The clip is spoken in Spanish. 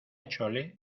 chole